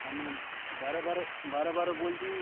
আমি বারে বারে বারে বারে বলছি